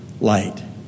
light